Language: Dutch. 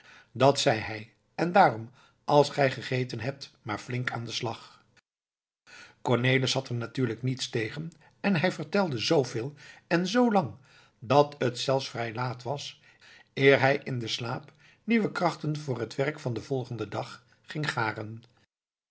dat zei hij en daarom als gij gegeten hebt maar flink aan den slag cornelis had er natuurlijk niets tegen en hij vertelde z veel en z lang dat het zelfs vrij laat was eer hij in den slaap nieuwe krachten voor het werk van den volgenden dag ging gâren